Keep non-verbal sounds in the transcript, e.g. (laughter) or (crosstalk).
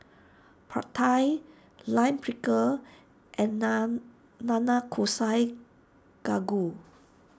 Pad Thai Lime Pickle and (unintelligible) Nanakusa Gayu